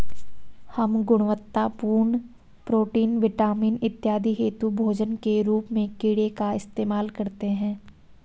हम गुणवत्तापूर्ण protein, vitamin इत्यादि हेतु भोजन के रूप में कीड़े का इस्तेमाल करते हैं